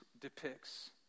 depicts